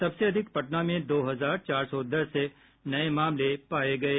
सबसे अधिक पटना में दो हजार चार सौ दस नये मामले पाये गये